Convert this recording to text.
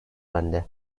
bende